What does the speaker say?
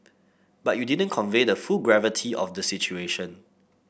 but you didn't convey the full gravity of the situation